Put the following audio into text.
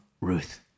Ruth